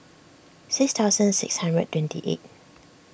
six thousand six hundred twenty eight